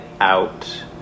out